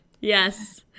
yes